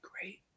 great